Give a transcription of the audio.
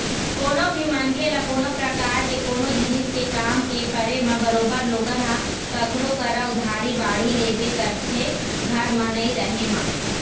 कोनो भी मनखे ल कोनो परकार ले कोनो जिनिस के काम के परे म बरोबर लोगन ह कखरो करा उधारी बाड़ही लेबे करथे घर म नइ रहें म